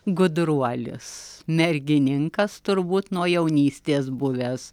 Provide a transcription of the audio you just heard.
gudruolis mergininkas turbūt nuo jaunystės buvęs